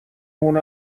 اونو